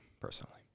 personally